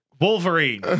Wolverine